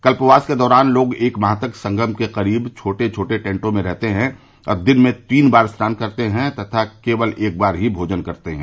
कल्पवास के दौरान लोग एक माह तक संगम के करीब छोटे छोटे टैंटों में रहते हैं और दिन में तीन बार स्नान करते हैं तथा दिन में केवल एक ही बार भोजन करते हैं